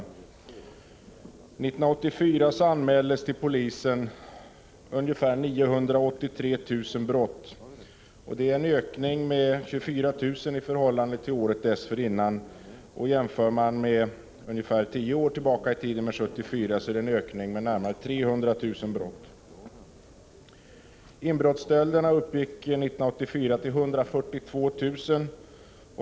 År 1984 anmäldes till polisen 983 000 brott, en ökning med 24 000 i förhållande till året dessförinnan. Jämfört med för 10 år sedan, 1974, är det en ökning med nära 300 000 brott. Inbrottsstölderna uppgick år 1984 till 142 000.